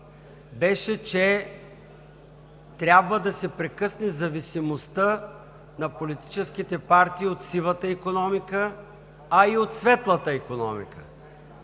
беше, че трябва да се прекъсне зависимостта на политическите партии от сивата икономика, а и от светлата икономика,